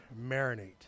marinate